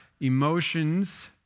emotions